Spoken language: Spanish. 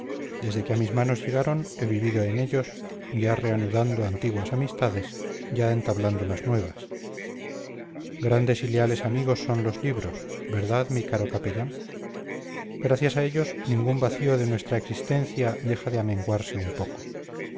desde que a mis manos llegaron he vivido en ellos ya reanudando antiguas amistades ya entablándolas nuevas grandes y leales amigos son los libros verdad mi caro capellán gracias a ellos ningún vacío de nuestra existencia deja de amenguarse un poco